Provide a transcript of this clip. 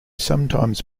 sometimes